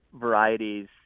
varieties